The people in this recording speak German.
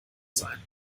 sein